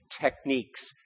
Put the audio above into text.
techniques